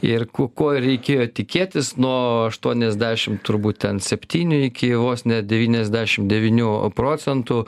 ir ko ko ir reikėjo tikėtis nuo aštuoniasdešim turbūt ten septynių iki vos ne devyniasdešim devynių procentų